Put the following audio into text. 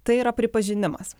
tai yra pripažinimas